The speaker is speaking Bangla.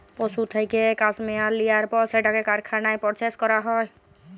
পশুর থ্যাইকে ক্যাসমেয়ার লিয়ার পর সেটকে কারখালায় পরসেস ক্যরা হ্যয়